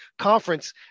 conference